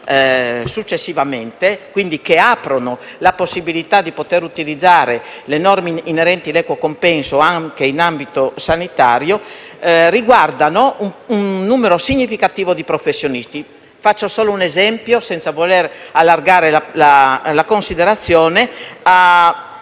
che consentono di poter utilizzare le norme inerenti all'equo compenso anche in ambito sanitario e che riguardano un numero significativo di professionisti. Faccio solo un esempio, senza voler allargare la considerazione,